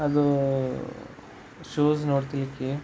ಅದು ಶೂಸ್ ನೋಡ್ತಿಲಿಕ್ಕೆ